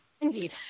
Indeed